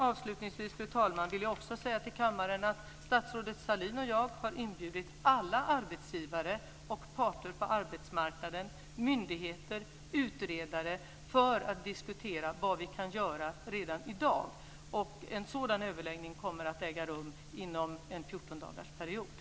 Avslutningsvis, fru talman, vill jag säga till kammaren att statsrådet Sahlin och jag har inbjudit alla arbetsgivare, parter på arbetsmarknaden, myndigheter och utredare för att diskutera vad vi kan göra redan i dag. En sådan överläggning kommer att äga rum inom en 14-dagarsperiod.